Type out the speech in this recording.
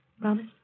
Promise